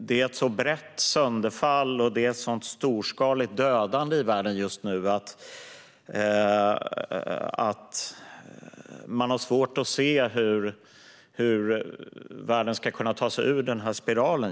Det är ett så brett sönderfall och ett så storskaligt dödande i världen just nu att det är svårt att se hur världen ska kunna ta sig ur denna spiral.